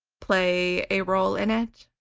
play a role in it.